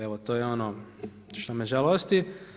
Evo to je ono što me žalosti.